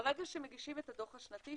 ברגע שמגישים את הדוח השנתי,